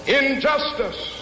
injustice